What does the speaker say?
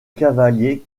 cavaliers